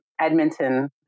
Edmonton